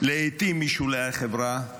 לעיתים משולי החברה,